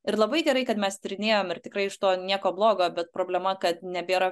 ir labai gerai kad mes tyrinėjom ir tikrai iš to nieko blogo bet problema kad nebėra